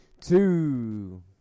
Two